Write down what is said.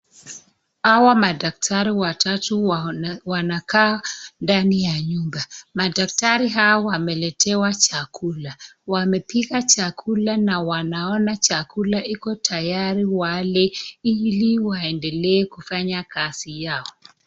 Hawa madaktari watatu wanakaa ndani ya nyumba madaktari hawa wameletewa chakula, wamepika chakula na wanaona chakula, iko tayari wale ili wandelee kufanya kazi yao.